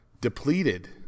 depleted